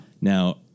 Now